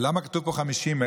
ולמה כתוב פה 50,000?